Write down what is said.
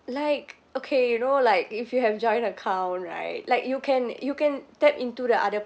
like okay you know like if you have joint account right like you can you can tap into the other